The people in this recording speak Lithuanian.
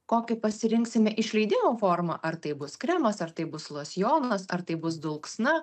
kokį pasirinksime išleidimo formą ar tai bus kremas ar tai bus losjonas ar tai bus dulksna